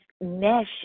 mesh